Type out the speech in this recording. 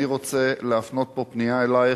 אני רוצה להפנות פה פנייה אלייך,